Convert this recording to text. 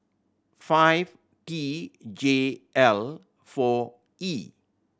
five T J L four E